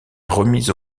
remis